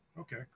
Okay